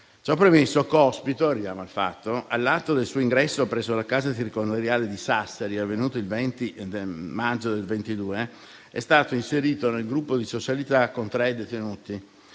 Ciò premesso, Cospito - arriviamo al fatto - all'atto del suo ingresso presso la casa circondariale di Sassari, avvenuto il 20 maggio 2022, è stato inserito nel gruppo di socialità con tre detenuti.